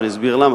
ואני אסביר למה,